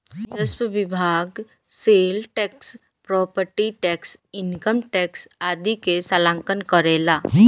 राजस्व विभाग sale tax property tax income tax आदि के संकलन करेला